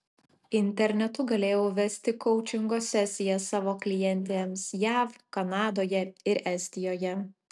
internetu galėjau vesti koučingo sesijas savo klientėms jav kanadoje ir estijoje